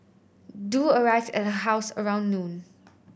du arrived at her house at around noon